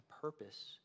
purpose